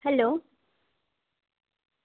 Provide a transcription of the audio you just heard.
hello